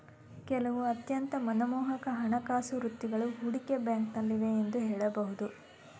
ಕೆಲವು ಅತ್ಯಂತ ಮನಮೋಹಕ ಹಣಕಾಸು ವೃತ್ತಿಗಳು ಹೂಡಿಕೆ ಬ್ಯಾಂಕ್ನಲ್ಲಿವೆ ಎಂದು ಹೇಳಬಹುದು